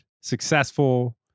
successful